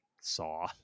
Saw